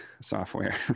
software